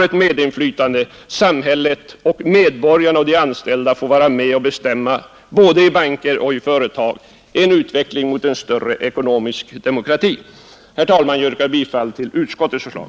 Att samhället, medborgarna och de anställda får ett medinflytande och får vara med och bestämma både i banker och i företag betyder en utveckling mot en större ekonomisk demokrati. Herr talman! Jag yrkar bifall till utskottets förslag.